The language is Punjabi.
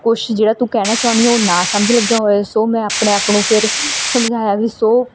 ਕੁਛ ਜਿਹੜਾ ਤੂੰ ਕਹਿਣਾ ਚਾਹੁੰਦੀ ਹੈ ਉਹ ਨਾ ਸਮਝ ਲੱਗਾ ਹੋਏ ਸੋ ਮੈਂ ਆਪਣੇ ਆਪ ਨੂੰ ਫਿਰ ਸਮਝਾਇਆ ਵੀ ਸੋ